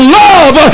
love